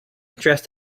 dressed